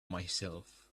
myself